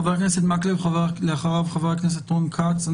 חבר הכנסת מקלב, אחריו חבר הכנסת רון כץ.